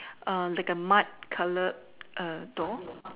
err like a mud colored err door